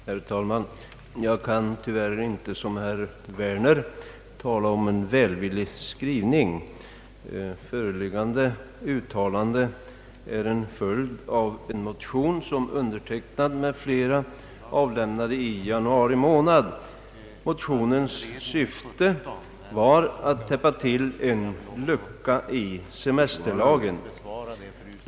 Herr talman! Jag kan tyvärr inte som herr Werner tala om en välvillig skrivning. Föreliggande utskottsutlåtande är en följd av en motion som jag tillsammans med några andra riksdagsmän avlämnade i januari månad. Motionens syfte var att täppa till en lucka i semesterlagen.